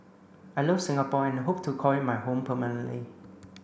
I love Singapore and hope to call it my home permanently